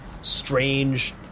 strange